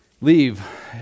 leave